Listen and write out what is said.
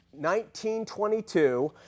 1922